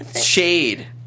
shade